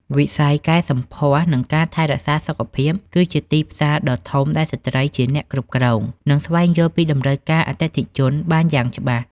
វិស័យកែសម្ផស្ស និងការថែរក្សាសុខភាព គឺជាទីផ្សារដ៏ធំដែលស្ត្រីជាអ្នកគ្រប់គ្រង និងស្វែងយល់ពីតម្រូវការអតិថិជនបានយ៉ាងច្បាស់។